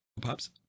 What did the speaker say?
Pops